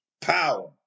power